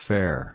Fair